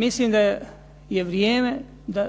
Mislim da je vrijeme da